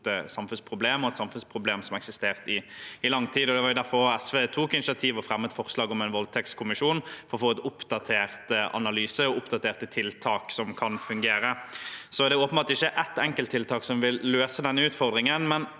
samfunnsproblem og et samfunnsproblem som har eksistert i lang tid. Det var derfor SV tok initiativ og fremmet forslag om en voldtektskommisjon, for å få en oppdatert analyse og oppdaterte tiltak som kan fungere. Så er det åpenbart ikke et enkelttiltak som vil løse denne utfordringen, men